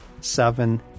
seven